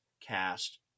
cast